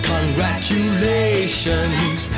Congratulations